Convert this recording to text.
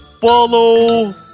follow